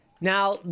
Now